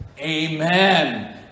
Amen